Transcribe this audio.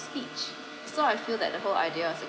speech so I feel that the whole idea of